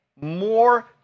More